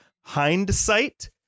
Hindsight